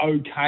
okay